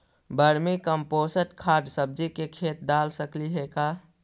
Vermi compost खाद सब्जी के खेत दाल सकली हे का?